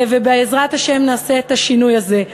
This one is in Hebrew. ובעזרת השם נעשה את השינוי הזה.